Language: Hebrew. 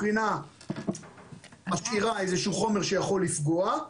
קרינה משאירה איזשהו חומר שיכול לפגוע,